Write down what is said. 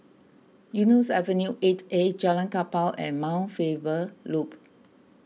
Eunos Avenue eight A Jalan Kapal and Mount Faber Loop